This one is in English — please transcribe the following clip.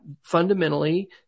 fundamentally